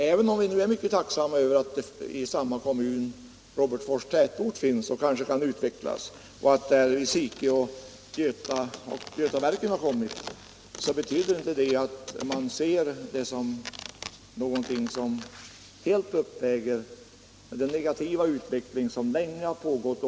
Även om vi är mycket tacksamma över att vi kanske kan få en utveckling inom Robertsfors tätort och att vi har Sikeå och Götaverken inom kommunen, så betyder inte det att vi anser att dessa förhållanden helt uppväger den negativa utveckling som länge har pågått.